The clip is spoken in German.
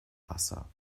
wasser